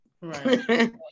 Right